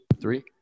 three